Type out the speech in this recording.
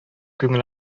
күңел